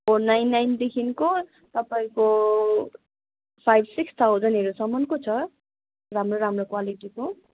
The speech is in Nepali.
फोर नाइन नाइनदेखिको तपाईँको फाइभ सिक्स थाउजन्डहरूसम्मको छ राम्रो राम्रो क्वालिटीको